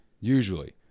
Usually